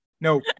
No